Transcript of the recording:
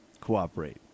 cooperate